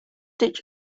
ditch